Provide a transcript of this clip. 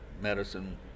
medicine